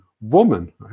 woman